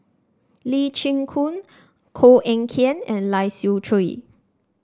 Lee Chin Koon Koh Eng Kian and Lai Siu Chiu